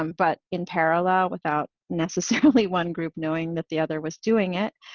um but in parallel without necessarily one group knowing that the other was doing it.